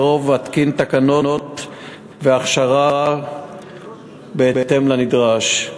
בקרוב אתקין תקנות והכשרה בהתאם לנדרש.